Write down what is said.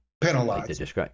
penalized